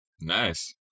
Nice